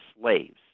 slaves